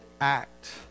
act